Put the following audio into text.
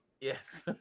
yes